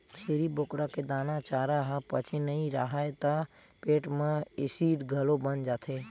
छेरी बोकरा के दाना, चारा ह पचे नइ राहय त पेट म एसिड घलो बन जाथे